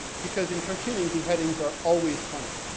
because in cartooning, beheadings are always funny,